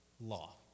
law